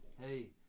Hey